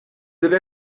avez